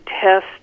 test